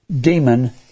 demon